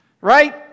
Right